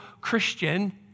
Christian